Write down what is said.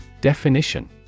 Definition